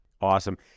Awesome